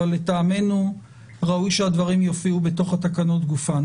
אבל לטעמנו ראוי שהדברים יופיעו בתוך התקנות גופן,